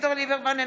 אביגדור ליברמן,